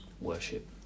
worship